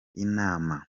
inama